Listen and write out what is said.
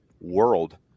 world